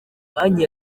banki